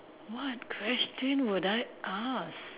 what question would I ask